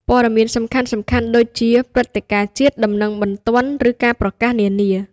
ព័ត៌មានសំខាន់ៗ ដូចជាព្រឹត្តិការណ៍ជាតិ ដំណឹងបន្ទាន់ ឬការប្រកាសនានា។